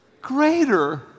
greater